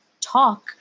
talk